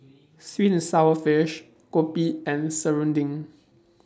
Sweet and Sour Fish Kopi and Serunding